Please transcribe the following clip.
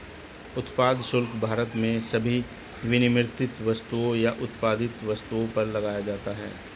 उत्पाद शुल्क भारत में सभी विनिर्मित वस्तुओं या उत्पादित वस्तुओं पर लगाया जाता है